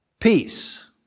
Peace